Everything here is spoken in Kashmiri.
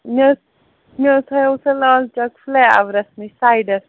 مےٚ مےٚ حظ تھایو سُہ لالچوک فٕلَے اَورَس نِش سایڈَس